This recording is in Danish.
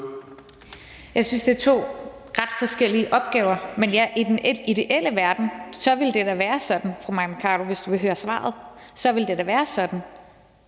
Jeg synes, at det er to ret forskellige opgaver. Men ja, i den ideelle verden ville det da være sådan, fru Mai Mercado, hvis du vil høre svaret, at det er